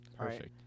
Perfect